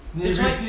that's why